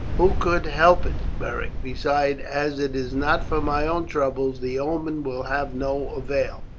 who could help it, beric? besides, as it is not for my own troubles the omen will have no avail.